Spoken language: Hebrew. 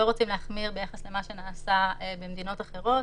רוצים להחמיר ביחס למה שנעשה במדינות אחרות,